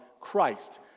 Christ